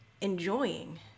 enjoying